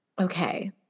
Okay